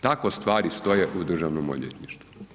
Tako stvari stoje u Državnom odvjetništvu.